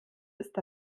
ist